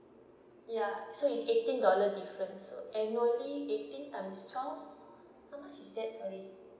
ya so it's eighteen dollar difference so annually eighteen times twelve how much is that sorry